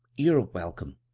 you're a-welcome.